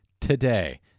today